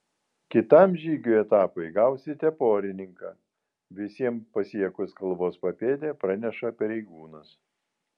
kitam žygių etapui gausite porininką visiems pasiekus kalvos papėdę praneša pareigūnas